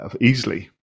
easily